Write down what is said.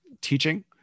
teaching